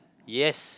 yes